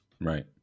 Right